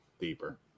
deeper